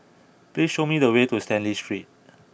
please show me the way to Stanley Street